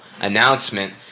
announcement